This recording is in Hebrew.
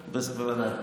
בוודאי.